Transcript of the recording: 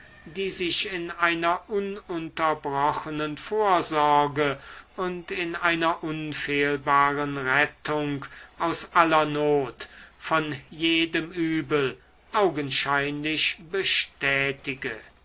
die sich in einer ununterbrochenen vorsorge und in einer unfehlbaren rettung aus aller not von jedem übel augenscheinlich bestätige